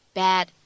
bad